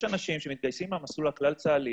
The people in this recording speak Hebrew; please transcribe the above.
יש אנשים שמתגייסים למסלול הכלל-צה"לי